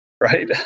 right